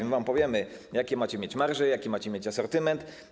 My wam powiemy, jakie macie mieć marże, jaki macie mieć asortyment.